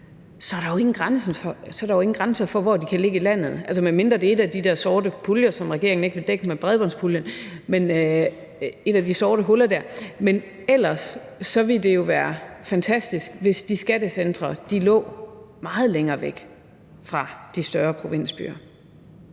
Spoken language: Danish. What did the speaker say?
er der jo ingen grænser for, hvor de kan ligge i landet, altså medmindre det er et af de der sorte huller, som regeringen ikke vil dække med bredbåndspuljen. Men ellers ville det jo være fantastisk, hvis de skattecentre lå meget længere væk fra de større provinsbyer.